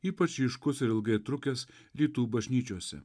ypač ryškus ir ilgai trukęs rytų bažnyčiose